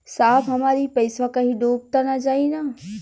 साहब हमार इ पइसवा कहि डूब त ना जाई न?